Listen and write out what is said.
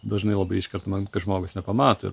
dažnai labai iškertama kai žmogus nepamato